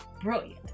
brilliant